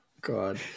God